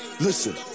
Listen